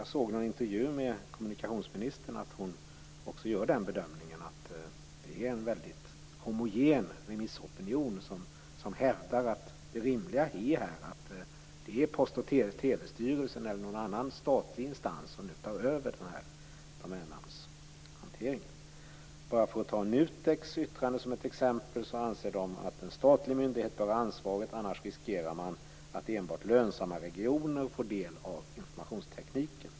Jag har sett att kommunikationsministern i en intervju också gör bedömningen att det är en homogen remissopinion som hävdar att det rimliga är att Post och telestyrelsen, eller någon annan statlig instans, tar över domännamnshanteringen. Jag kan som exempel nämna NUTEK:s yttrande där det anses att en statlig myndighet bör ha ansvaret, för annars riskerar man att enbart lönsamma regioner får del av informationstekniken.